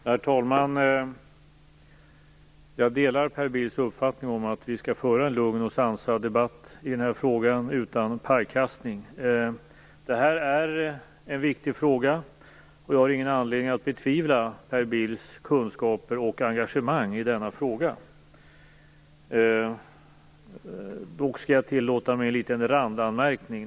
Herr talman! Jag delar Per Bills uppfattning att vi skall föra en lugn och sansad debatt i den här frågan, utan pajkastning. Det här är en viktig problematik, och jag har ingen anledning att betvivla Per Bills kunskaper och engagemang i den. Dock skall jag tillåta mig en liten randanmärkning.